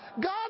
God